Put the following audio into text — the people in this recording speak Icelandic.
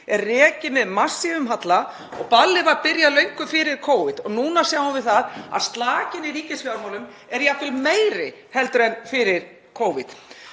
er rekið með massífum halla og ballið var byrjað löngu fyrir Covid. Og núna sjáum við að slakinn í ríkisfjármálum er jafnvel meiri en fyrir Covid.